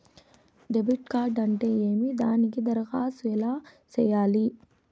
debit card అంటే ఏమి దానికి దరఖాస్తు ఎలా సేయాలి